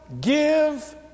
give